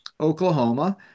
Oklahoma